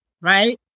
right